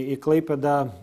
į klaipėdą